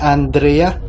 Andrea